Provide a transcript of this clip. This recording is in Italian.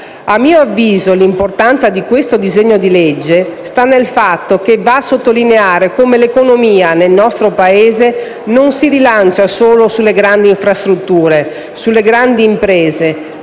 A mio avviso, l'importanza di questo disegno di legge sta nel fatto che va a sottolineare come l'economia nel nostro Paese non si rilanci solo sulle grandi infrastrutture o sulle grandi imprese,